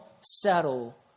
settle